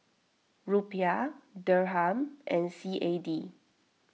Rupiah Dirham and C A D